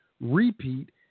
repeat